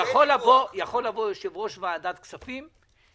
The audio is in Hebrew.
יכול לבוא יושב-ראש ועדת כספים,